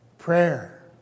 Prayer